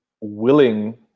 willing